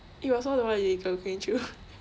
it was all the while illegal okay true